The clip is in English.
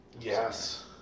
Yes